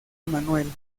manuel